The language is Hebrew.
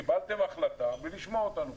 קיבלתם החלטה בלי לשמוע אותנו.